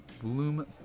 Bloom